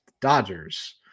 Dodgers